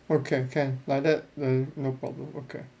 okay can like that then no problem okay